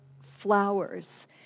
flowers